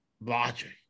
logic